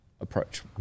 approach